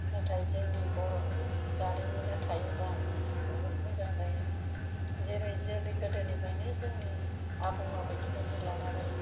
नाथाय जोंनि बर'नि जारिमिना थायोबा बहुद मोजां जायो जेरै जोंनि गोदोनिफ्रायनो जोंनि आबौ आबैनिफ्रायनो लानानै